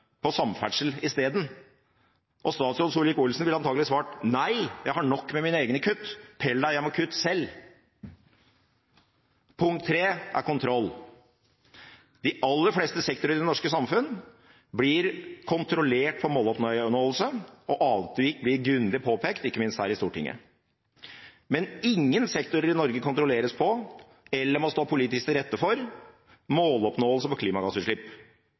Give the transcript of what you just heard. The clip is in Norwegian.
på dette, eller han måtte spurt f.eks. statsråd Solvik-Olsen om kanskje han kunne ta disse kuttene innen samferdsel isteden. Statsråd Solvik-Olsen ville antakelig svart: Nei, jeg har nok med mine egne kutt, pell deg hjem og kutt selv. Punkt tre er kontroll. De aller fleste sektorer i det norske samfunn blir kontrollert med tanke på måloppnåelse, og avvik blir grundig påpekt, ikke minst her i Stortinget. Men ingen sektorer i Norge kontrolleres med tanke på,